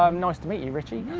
um nice to meet you richie.